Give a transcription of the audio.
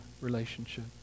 relationship